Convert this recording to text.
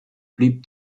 blieb